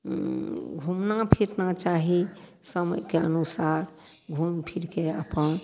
घूमना फिरना चाही समयके अनुसार घुमि फिरिके अपन